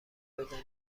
بزنین